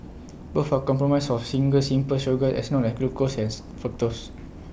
both are compromised of single simple sugars as known as glucose as fructose